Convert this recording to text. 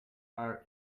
are